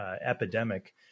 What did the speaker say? epidemic